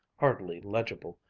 hardly legible,